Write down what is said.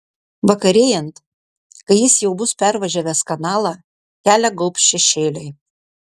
vakarėjant kai jis jau bus pervažiavęs kanalą kelią gaubs šešėliai